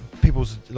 people's